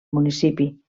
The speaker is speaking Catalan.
municipi